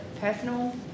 personal